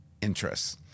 interests